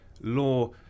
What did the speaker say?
law